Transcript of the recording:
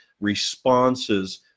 responses